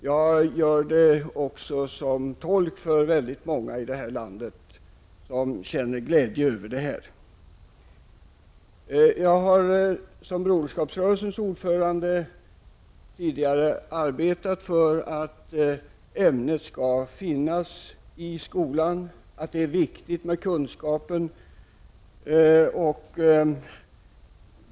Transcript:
Jag gör mig som tolk för många här i landet som känner glädje över detta. Som Broderskapsrörelsens ordförande har jag tidigare arbetat för att religionsämnet skall finnas i skolan. Det är viktigt med den kunskapen.